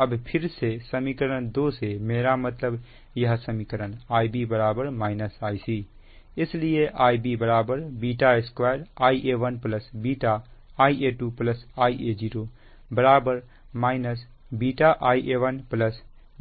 अब फिर से समीकरण 2 से मेरा मतलब यह समीकरण Ib Ic इसलिए Ib β2 Ia1 βIa2 Ia0 β Ia1